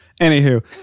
Anywho